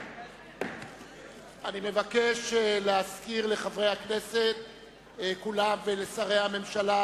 אני מבקש להזכיר לחברי הכנסת כולם, ולשרי הממשלה,